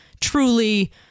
truly